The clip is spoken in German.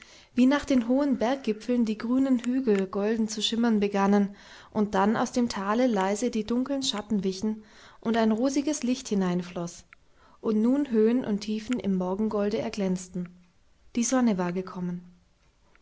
wie nach den hohen berggipfeln die grünen hügel golden zu schimmern begannen und dann aus dem tale leise die dunkeln schatten wichen und ein rosiges licht hineinfloß und nun höhen und tiefen im morgengolde erglänzten die sonne war gekommen